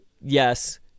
yes